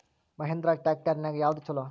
Mahindra tractor ನ್ಯಾಗ ಯಾವ್ದ ಛಲೋ?